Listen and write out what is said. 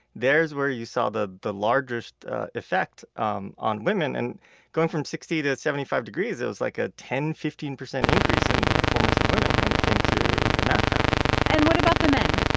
there's where you saw the the largest effect um on women. and going from sixty to seventy five degrees, it was like a ten, fifteen percent increase in the performance of women when it came to the math test and what about the men?